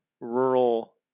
rural